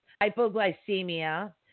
hypoglycemia